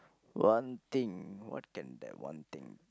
one thing what can that one thing